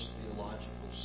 Theological